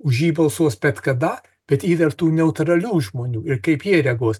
už jį balsuos bet kada bet yra ir tų neutralių žmonių ir kaip jie reaguos